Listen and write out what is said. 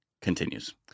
continues